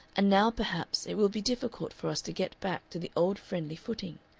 and now perhaps it will be difficult for us to get back to the old friendly footing.